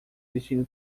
vestindo